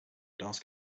dust